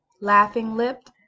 laughing-lipped